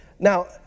Now